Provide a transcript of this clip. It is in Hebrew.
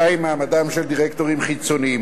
2. מעמדם של דירקטורים חיצוניים,